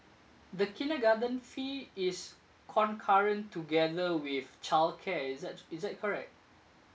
the kindergarten fee is concurrent together with childcare is that is that correct